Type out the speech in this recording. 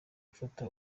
gufata